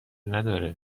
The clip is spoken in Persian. نداره